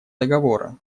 договора